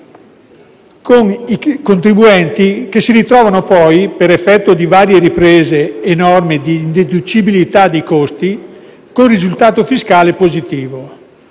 con i contribuenti che si ritrovano poi, per effetto di varie riprese e norme di indeducibilità dei costi, con un risultato fiscale positivo,